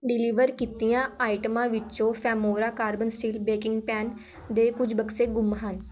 deliver ਕੀਤੀਆਂ ਆਈਟਮਾਂ ਵਿੱਚੋਂ Femora carbon steel baking pan ਦੇ ਕੁਝ ਬਕਸੇ ਗੁੰਮ ਹਨ